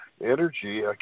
energy